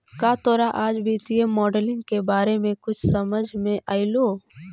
का तोरा आज वित्तीय मॉडलिंग के बारे में कुछ समझ मे अयलो?